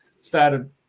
started